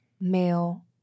male